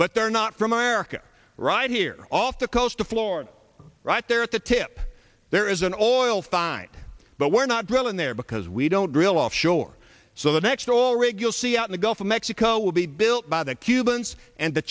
but they're not from america right here off the coast of florida right there at the tip there is an oil fine but we're not drilling there because we don't drill offshore so the next all regular sea out in the gulf of mexico will be built by the cubans and the